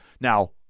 Now